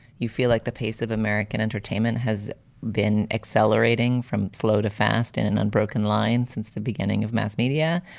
you feel like the pace of american entertainment has been accelerating from slow to fast in an unbroken line since the beginning of mass media.